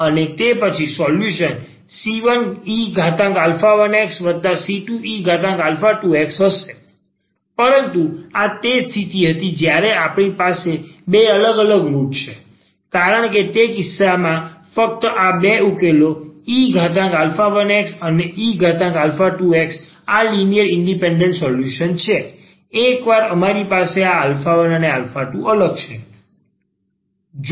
અને તે પછી સોલ્યુશન c1e1xc2e2x હશે પરંતુ આ તે સ્થિતિ હતી જ્યારે આપણી પાસે બે અલગ અલગ રુટ છે કારણ કે તે કિસ્સામાં ફક્ત આ બે ઉકેલો e1xઅને e2x આ લિનિયર ઇન્ડિપેન્ડન્સ સોલ્યુશન છે એકવાર અમારી પાસે કે આ 1અને 2અલગ છે